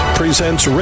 presents